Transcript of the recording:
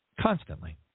Constantly